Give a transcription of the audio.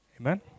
Amen